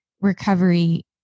recovery